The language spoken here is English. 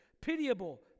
pitiable